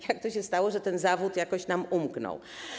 Jak to się stało, że ten zawód jakoś nam umknął?